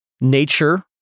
nature